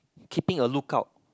keeping a lookout